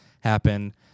happen